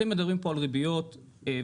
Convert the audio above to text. אתם מדברים פה על ריביות וכדומה,